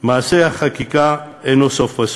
מעשה החקיקה אינו סוף פסוק,